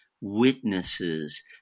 witnesses